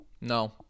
no